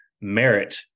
merit